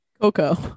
Coco